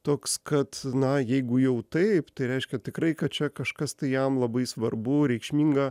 toks kad na jeigu jau taip tai reiškia tikrai kad čia kažkas tai jam labai svarbu reikšminga